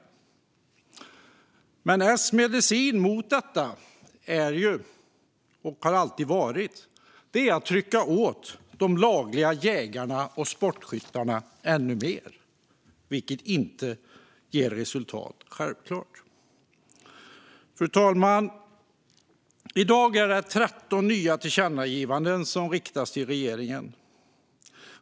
Men Socialdemokraternas medicin mot detta är och har alltid varit att trycka åt de lagliga jägarna och sportskyttarna ännu mer, vilket självklart inte ger resultat. Fru talman! I dag är det 13 nya tillkännagivanden som riktas till regeringen.